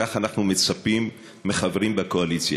כך אנחנו מצפים מחברים בקואליציה,